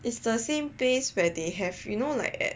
it's the same place where they have you know like at